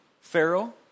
Pharaoh